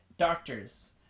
Doctors